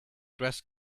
dress